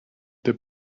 the